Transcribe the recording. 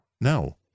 No